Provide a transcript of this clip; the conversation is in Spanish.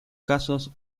casos